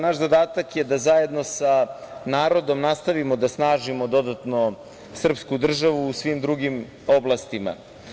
Naš zadatak je da zajedno sa narodom nastavimo da snažimo dodatno srpsku državu u svim drugim oblastima.